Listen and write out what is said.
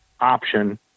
option